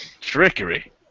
Trickery